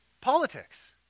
politics